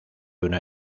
una